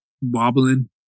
wobbling